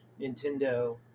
Nintendo